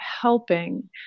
helping